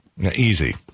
easy